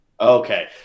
Okay